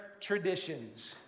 traditions